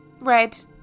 Red